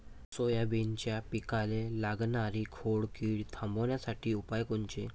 सोयाबीनच्या पिकाले लागनारी खोड किड थांबवासाठी उपाय कोनचे?